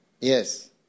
Yes